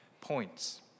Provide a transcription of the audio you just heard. points